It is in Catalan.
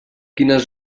quines